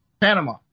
Panama